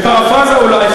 בפרפראזה אולי,